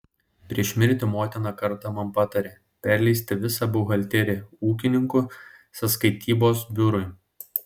prieš mirtį motina kartą man patarė perleisti visą buhalteriją ūkininkų sąskaitybos biurui